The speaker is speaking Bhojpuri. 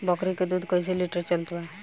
बकरी के दूध कइसे लिटर चलत बा?